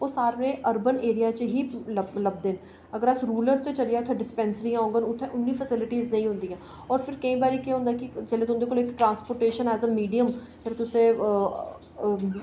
ओह् सारे ही अर्बन एरिया च लभदे न अगर अस रूरल च चली जान उत्थै डिस्पेंसरी होंदी उत्थै इन्नी फेस्लिटी नेईं होंदी होर केईं बारी केह् होंदा की तुंदे कोल ट्रांसपोर्टेशन एज ए मीडियम जे तुसें